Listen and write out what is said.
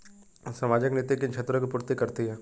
सामाजिक नीति किन क्षेत्रों की पूर्ति करती है?